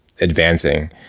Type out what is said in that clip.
advancing